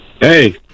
Hey